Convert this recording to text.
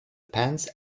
pence